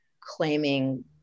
claiming